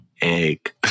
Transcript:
egg